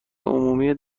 عمومی